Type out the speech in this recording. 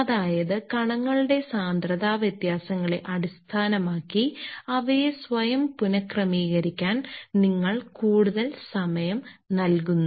അതായത് കണങ്ങളുടെ സാന്ദ്രത വ്യത്യാസങ്ങളെ അടിസ്ഥാനമാക്കി അവയെ സ്വയം പുനഃക്രമീകരിക്കാൻ നിങ്ങൾ കൂടുതൽ സമയം നൽകുന്നു